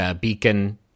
beacon